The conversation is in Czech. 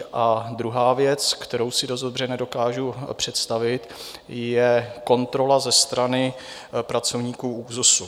A druhá věc, kterou si dost dobře nedokážu představit, je kontrola ze strany pracovníků ÚKZÚZ.